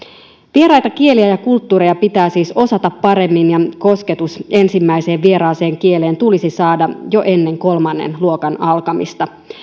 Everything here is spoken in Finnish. vieraita kieliä ja kulttuureja pitää siis osata paremmin ja kosketus ensimmäiseen vieraaseen kieleen tulisi saada jo ennen kolmannen luokan alkamista